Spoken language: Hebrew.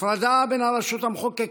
הפרדה בין הרשות המחוקקת,